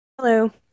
Hello